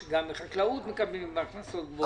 שגם בחקלאות מקבלים אם ההכנסות גבוהות.